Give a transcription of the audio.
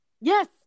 Yes